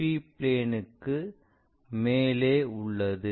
P பிளேன்ற்கு மேலே உள்ளது